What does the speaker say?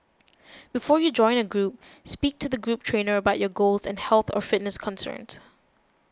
before you join a group speak to the group trainer about your goals and health or fitness concerns